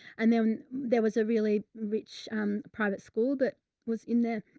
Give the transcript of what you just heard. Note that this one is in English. and then there was a really rich, um, private school, but was in there.